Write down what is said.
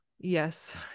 Yes